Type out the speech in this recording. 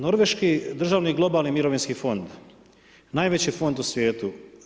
Norveški državni globalni mirovinski fond najveći j fond u svijetu.